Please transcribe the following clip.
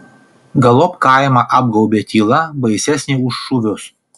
galop kaimą apgaubė tyla baisesnė už šūvius